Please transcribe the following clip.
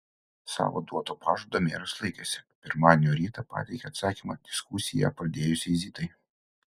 savo duoto pažado meras laikėsi pirmadienio rytą pateikė atsakymą diskusiją pradėjusiai zitai